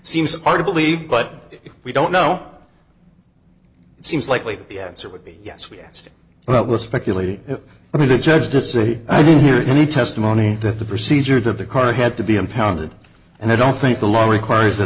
seems hard to believe but we don't know it seems likely the answer would be yes we asked but we're speculating i mean the judge didn't say i didn't hear any testimony that the procedure that the car had to be impounded and i don't think the law requires that